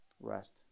Rest